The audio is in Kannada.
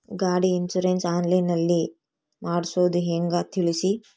ಗಾಡಿ ಇನ್ಸುರೆನ್ಸ್ ಆನ್ಲೈನ್ ನಲ್ಲಿ ಮಾಡ್ಸೋದು ಹೆಂಗ ತಿಳಿಸಿ?